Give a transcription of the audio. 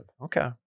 Okay